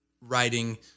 writing